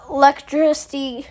electricity